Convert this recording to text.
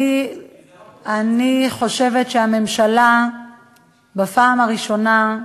אני חושבת שהממשלה בפעם הראשונה,